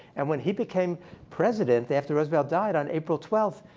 and when he became president after roosevelt died on april twelfth,